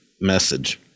message